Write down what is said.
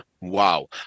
Wow